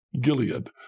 Gilead